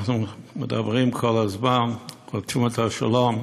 אנחנו מדברים כל הזמן, רודפים את השלום,